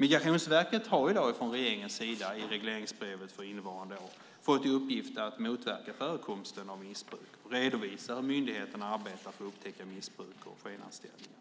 Migrationsverket har av regeringen genom regleringsbrevet för innevarande år fått i uppgift att motverka förekomsten av missbruk och redovisa hur myndigheten arbetar för att upptäcka missbruk och skenanställningar.